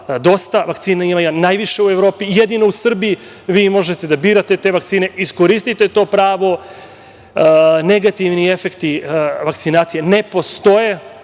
dosta, vakcina ima najviše u Evropi, jedino u Srbiji vi možete da birate vakcine, iskoristite to pravo. Negativni efekti vakcinacije ne postoje.